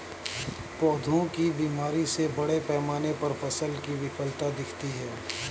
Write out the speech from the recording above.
पौधों की बीमारी से बड़े पैमाने पर फसल की विफलता दिखती है